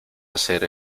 hacer